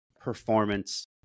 performance